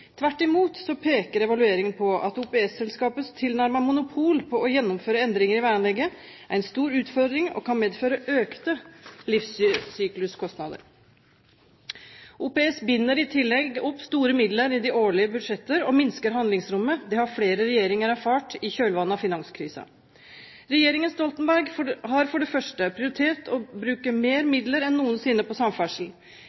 Tvert imot peker evalueringen på at OPS-selskapets tilnærmede monopol på å gjennomføre endringer i veianlegget er en stor utfordring og kan medføre økte livssykluskostnader. OPS binder i tillegg opp store midler i de årlige budsjettene og minsker handlingsrommet. Det har flere regjeringer erfart i kjølvannet av finanskrisen. Regjeringen Stoltenberg har for det første prioritert å bruke mer